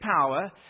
power